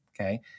Okay